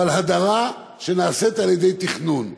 אבל הדרה שנעשית על-ידי תכנון.